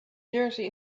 jersey